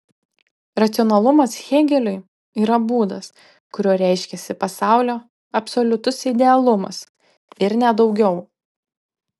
racionalumas hėgeliui yra būdas kuriuo reiškiasi pasaulio absoliutus idealumas ir ne daugiau